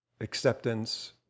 acceptance